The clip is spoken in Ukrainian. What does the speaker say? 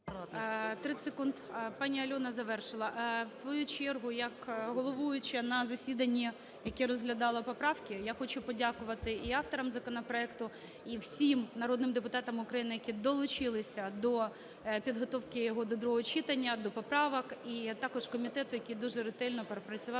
30 секунд. ПаніАльона завершила. В свою чергу як головуюча на засіданні, яке розглядало поправки, я хочу подякувати і авторам законопроекту, і всім народним депутатам України, які долучилися до підготовки його до другого читання, до поправок, і також комітету, який дуже ретельно пропрацював